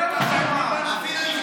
תראה מה שאני אמרתי לו.